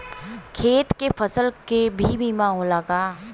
खेत के फसल के भी बीमा होला का?